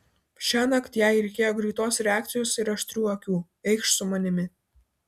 šiąnakt jai reikėjo greitos reakcijos ir aštrių akių eikš su manimi